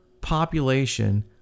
population